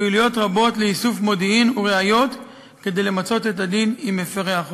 פעילויות רבות לאיסוף מודיעין וראיות כדי למצות את הדין עם מפרי החוק.